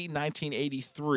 1983